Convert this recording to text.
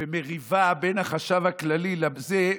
ומריבה בין החשב הכללי לזה.